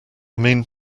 mean